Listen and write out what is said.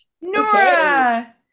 Nora